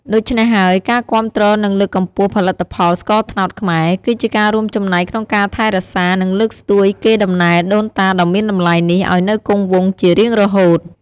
ដូច្នេះហើយ ការគាំទ្រនិងលើកកម្ពស់ផលិតផលស្ករត្នោតខ្មែរ គឺជាការរួមចំណែកក្នុងការថែរក្សានិងលើកស្ទួយកេរ្តិ៍ដំណែលដូនតាដ៏មានតម្លៃនេះឲ្យនៅគង់វង្សជារៀងរហូត។